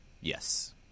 Yes